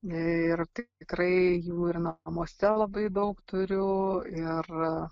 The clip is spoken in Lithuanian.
ir tikrai jų ir namuose labai daug turiu ir